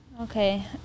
okay